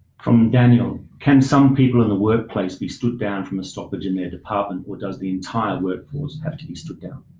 from daniel, can some people at the workplace be stood down from stoppage in their department or does the entire workforce have to be stood down?